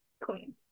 Queen